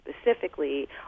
specifically